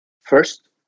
First